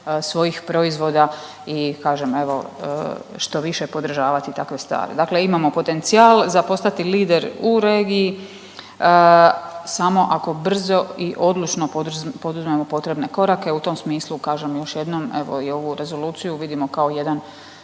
svojih proizvoda i kažem evo što više podržavati takve stvari. Dakle, imamo potencijal za postati lider u regiji samo ako brzo i odlučno poduzmemo potrebne korake. U tom smislu kažem još jednom evo i ovu rezoluciju vidimo kao jedan,